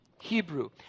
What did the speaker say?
Hebrew